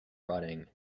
rotting